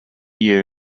you